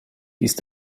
ist